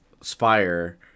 spire